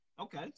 Okay